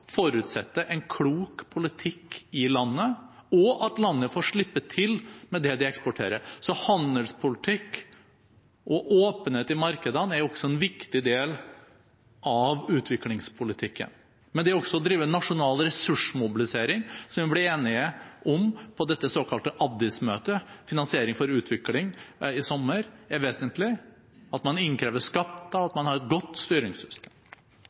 en klok politikk i landet, og at landet får slippe til med det det eksporterer. Så handelspolitikk og åpenhet i markedene er også en viktig del av utviklingspolitikken. Men det er også vesentlig å drive med nasjonal ressursmobilisering, som vi ble enige om på det såkalte Addis-møtet i fjor sommer, som handlet om finansiering for utvikling, og at man krever inn skatter og har et godt styringssystem.